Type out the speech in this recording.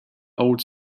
old